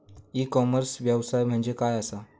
E commerce व्यवसाय म्हणजे काय असा?